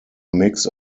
mix